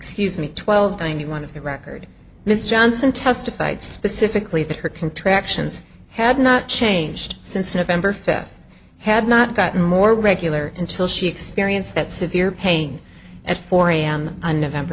excuse me twelve i knew one of the record miss johnson testified specifically that her contractions had not changed since november fifth had not gotten more regular until she experienced that severe pain at four am on nov